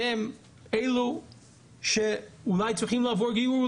אפשר לעשות גיור קונסרבטיבי,